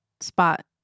spot